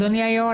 אדוני היושב-ראש,